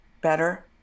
better